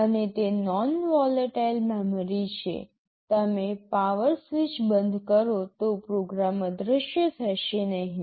અને તે non volatile memory છે તમે પાવર સ્વિચ બંધ કરો તો પ્રોગ્રામ અદૃશ્ય થશે નહીં